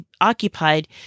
occupied